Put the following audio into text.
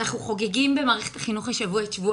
אנחנו חוגגים במערכת החינוך השבוע את שבוע